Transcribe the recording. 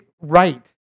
right